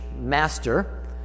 master